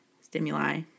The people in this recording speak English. stimuli